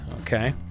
okay